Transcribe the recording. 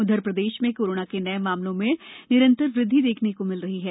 उधर प्रदेश में कोरोना के नये मामलों में निरंतर वृद्धि देखने को मिल रही है